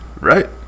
right